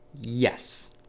yes